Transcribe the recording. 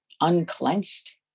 unclenched